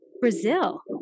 Brazil